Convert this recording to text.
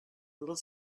little